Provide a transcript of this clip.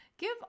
Give